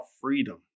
freedom